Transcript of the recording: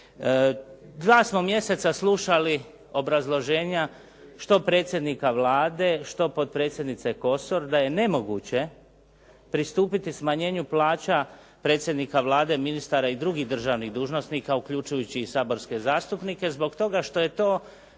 Dva smo mjeseca slušali obrazloženja što predsjednika Vlade, što potpredsjednice Kosor da je nemoguće pristupiti smanjenju plaća predsjednika Vlade, ministara i drugih državnih dužnosnika, uključujući i saborske zastupnike zbog toga što je to